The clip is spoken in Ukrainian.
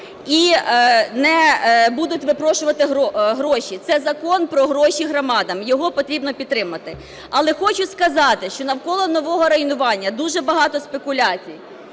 і не будуть випрошувати гроші. Це закон про гроші громадам, його потрібно підтримати. Але хочу сказати, що навколо нового районування дуже багато спекуляцій.